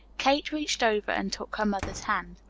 kate reached over and took her mother's hand.